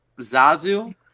Zazu